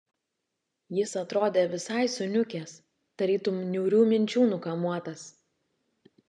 jis atrodė visai suniukęs tarytum niūrių minčių nukamuotas